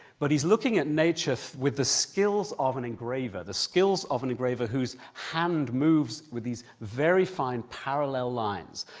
but he's looking at nature with the skills of an engraver, the skills of an engraver whose hand moves with these very fine parallel lines,